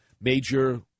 major